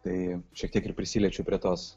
tai šiek tiek ir prisiliečiu prie tos